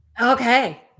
Okay